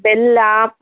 ಬೆಲ್ಲ